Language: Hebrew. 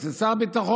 אצל שר הביטחון,